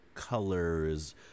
Colors